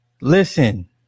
Listen